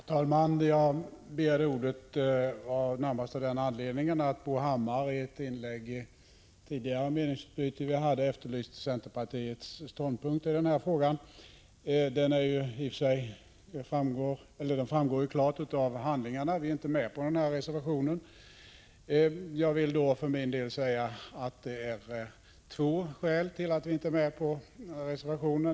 Herr talman! Jag begärde ordet närmast av den anledningen att Bo Hammar i ett tidigare meningsutbyte efterlyste centerpartiets ståndpunkt i den här frågan. Den framgår klart av handlingarna — vi är inte med på den här reservationen — och jag vill för min del säga att det finns två skäl till det.